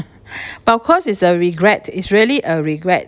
but of course is a regret is really a regret